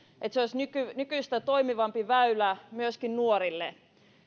että se olisi nykyistä toimivampi väylä myöskin nuorille